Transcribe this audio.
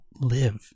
live